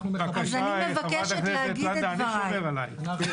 אני מבקשת להגיד את דבריי.